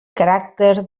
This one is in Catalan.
caràcter